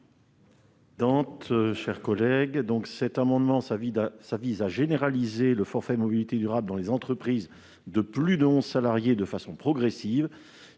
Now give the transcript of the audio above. n° 979 rectifié . Cet amendement vise à généraliser le forfait mobilités durables dans les entreprises de plus de 11 salariés de façon progressive.